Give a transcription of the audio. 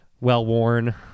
Well-worn